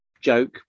joke